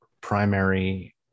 primary